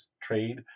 trade